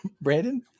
Brandon